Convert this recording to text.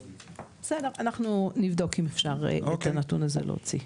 בסדר, אנחנו נבדוק אם אפשר את הנתון הזה להוציא.